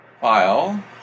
file